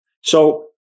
So-